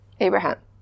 Abraham